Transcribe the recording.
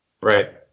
Right